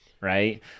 right